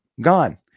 Gone